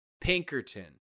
pinkerton